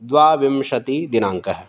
द्वाविंशतिदिनाङ्कः